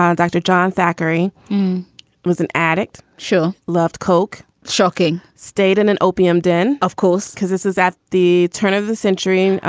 um dr. john thackery was an addict show. loved coke, shocking. stayed in an opium den, of course, because this is at the turn of the century. and ah